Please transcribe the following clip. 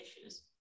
issues